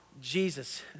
Jesus